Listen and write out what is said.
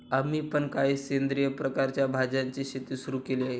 आम्ही पण काही सेंद्रिय प्रकारच्या भाज्यांची शेती सुरू केली आहे